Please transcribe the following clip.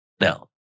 Now